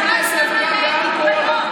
גם בסיגריות קבענו מגבלת גיל של גיל 18 וגם באלכוהול.